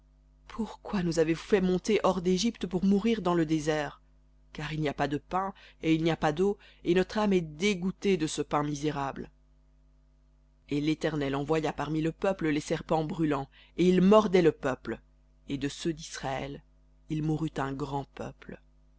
pourquoi nous avez-vous fait monter hors d'égypte pour mourir dans le désert car il n'y a pas de pain et il n'y a pas d'eau et notre âme est dégoûtée de ce pain misérable et l'éternel envoya parmi le peuple les serpents brûlants et ils mordaient le peuple et de ceux d'israël il mourut un grand peuple